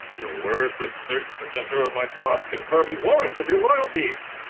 your words have searched the center of my thoughts confirming warrant of your loyalties,